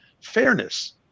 fairness